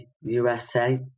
USA